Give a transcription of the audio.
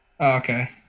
Okay